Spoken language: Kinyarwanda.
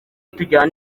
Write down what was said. tujyane